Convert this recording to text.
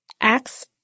acts